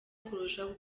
kurushaho